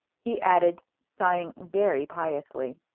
he added, sighing very piously.